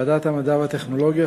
ועדת המדע והטכנולוגיה,